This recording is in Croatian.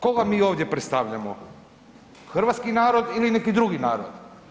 Koga mi ovdje predstavljamo, hrvatski narod ili neki drugi narod?